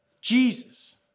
Jesus